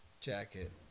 jacket